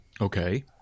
Okay